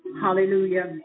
Hallelujah